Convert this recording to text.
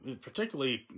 particularly